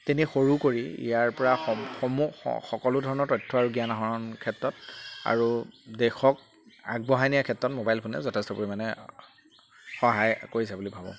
তেনেই সৰু কৰি ইয়াৰ পৰা সমূহ সকলো ধৰণৰ তথ্য আৰু জ্ঞান আহৰণ ক্ষেত্ৰত আৰু দেশক আগবঢ়াই নিয়াৰ ক্ষেত্ৰত মোবাইল ফোনে যথেষ্ট পৰিমাণে সহায় কৰিছে বুলি ভাবোঁ